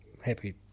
Happy